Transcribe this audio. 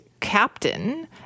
captain